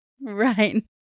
Right